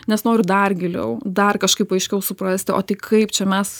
nes noriu dar giliau dar kažkaip aiškiau suprasti o tai kaip čia mes